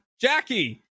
Jackie